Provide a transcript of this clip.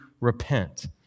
repent